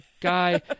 guy